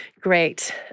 Great